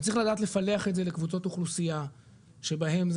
וצריך לדעת לפלח את זה לקבוצות אוכלוסייה שבהן זה